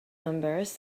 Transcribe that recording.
numbers